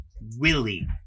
Willie